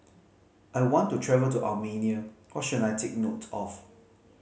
I want to travel to Armenia what should I take note of